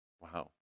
wow